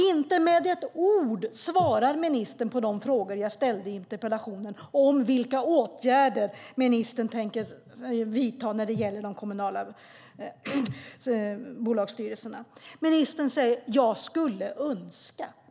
Inte med ett ord svarar ministern på de frågor jag ställde i interpellationen om vilka åtgärder ministern tänker vidta när det gäller de kommunala bolagsstyrelserna. Ministern säger: Jag skulle önska.